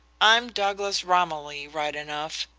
i'm douglas romilly, right enough.